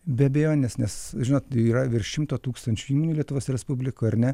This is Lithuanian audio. be abejonės nes žinot yra virš šimto tūkstančių įmonių lietuvos respublikoj ar ne